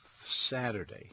Saturday